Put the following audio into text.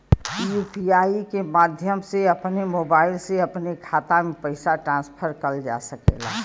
UPI के माध्यम से अपने मोबाइल से अपने खाते में पइसा ट्रांसफर करल जा सकला